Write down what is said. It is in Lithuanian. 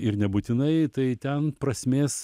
ir nebūtinai tai ten prasmės